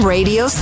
Radio